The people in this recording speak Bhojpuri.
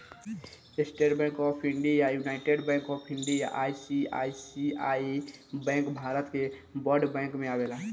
estate Bank of India, United Bank of India, ICICI Bank Bharat के बड़ बैंक में आवेला